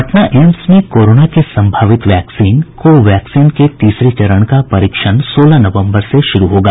Patna AIIMS में corona के संभावित वैक्सीन को वैक्सीन के तीसरे चरण का परीक्षण सोलह नवम्बर से शुरू होगा